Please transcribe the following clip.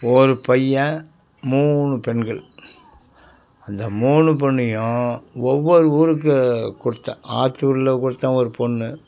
ஒரு பையன் மூணு பெண்கள் அந்த மூணு பொண்ணையும் ஒவ்வொரு ஊருக்கு கொடுத்தேன் ஆத்தூரில் கொடுத்தேன் ஒரு பொண்ணு